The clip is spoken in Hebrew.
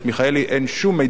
אין שום מידע חדש,